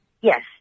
Yes